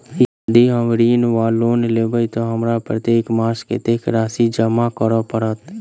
यदि हम ऋण वा लोन लेबै तऽ हमरा प्रत्येक मास कत्तेक राशि जमा करऽ पड़त?